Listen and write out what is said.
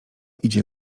idzie